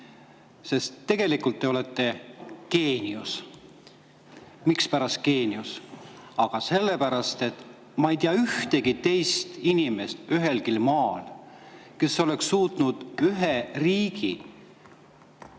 sest tegelikult te olete geenius. Mispärast geenius? Aga sellepärast, et ma ei tea ühtegi teist inimest ühelgi maal, kes oleks suutnud ühe riigi